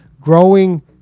growing